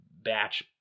batch